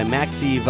Maxi